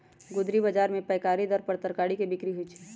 गुदरी बजार में पैकारी दर पर तरकारी के बिक्रि होइ छइ